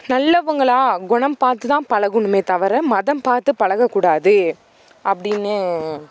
நல்லவங்களா குணம் பார்த்து தான் பழகணுமே தவிர மதம் பார்த்து பழகக்கூடாது அப்படின்னு சொல்கிறோம்